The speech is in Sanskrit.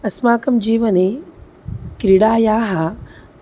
अस्माकं जीवने क्रीडायाः